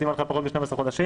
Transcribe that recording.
אם היה פחות מ-12 חודשים,